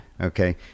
okay